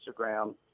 Instagram